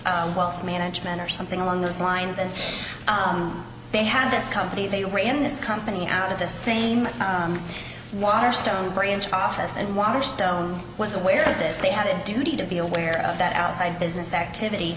s wealth management or something along those lines and they have this company they were in this company out of the same water stone branch office and water stone was aware of this they had a duty to be aware of that outside business activity